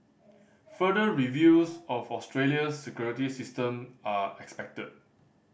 further reviews of Australia's security system are expected